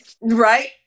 Right